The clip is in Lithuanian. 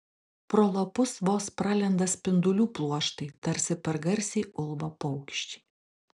pro lapus vos pralenda spindulių pluoštai tarsi per garsiai ulba paukščiai